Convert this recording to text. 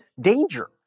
danger